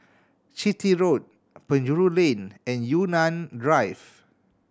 Chitty Road Penjuru Lane and Yunnan Drive